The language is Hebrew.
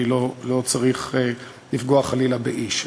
אני לא צריך לפגוע חלילה באיש.